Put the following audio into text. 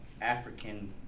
African